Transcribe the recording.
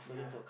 yeah